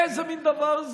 איזה מין דבר זה?